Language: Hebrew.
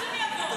לאן אני אבוא?